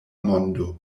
mondo